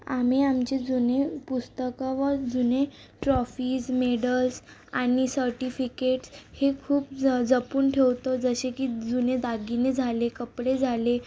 आम्ही आमची जुनी पुस्तकं व जुने ट्रॉफीज मेडल्स आणि सर्टिफिकेट्स हे खूप ज जपून ठेवतो जसे की जुने दागिने झाले कपडे झाले